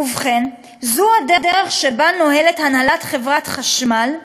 ובכן, זו הדרך שבה נוהגת הנהלת חברת החשמל.